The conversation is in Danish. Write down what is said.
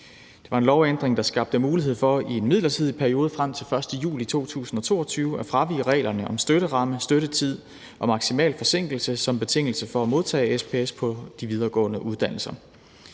Det var en lovændring, der skabte mulighed for i en midlertidig periode frem til den 1. juli 2022 at fravige reglerne om støtteramme, støttetid og maksimal forsinkelse som betingelse for at modtage SPS på de videregående uddannelser.